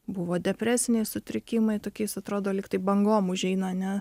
buvo depresiniai sutrikimai tokiais atrodo lyg tai bangom užeina ane